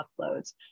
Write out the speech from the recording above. uploads